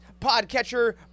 Podcatcher